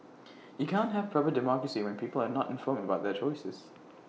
you can't have A proper democracy when people are not informed about their choices